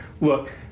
Look